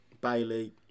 Bailey